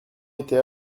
était